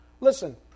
listen